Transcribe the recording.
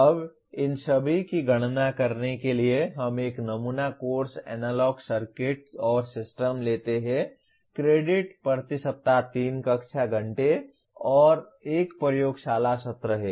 अब इन सभी की गणना करने के लिए हम एक नमूना कोर्स एनालॉग सर्किट और सिस्टम लेते हैं क्रेडिट प्रति सप्ताह 3 कक्षा घंटे और 1 प्रयोगशाला सत्र हैं